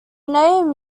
name